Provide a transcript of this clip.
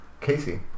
Casey